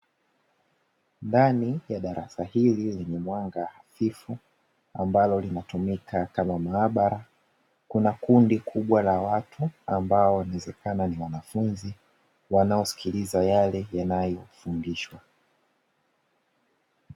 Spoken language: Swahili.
Ndani ya darasa hili lenye mwanga hafifu, ambalo linatumika kama maabara, kuna kundi kubwa la watu ambao inawezekana ni wanafunzi wanaosikiliza yale yanayofundishwa.